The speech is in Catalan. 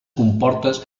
comportes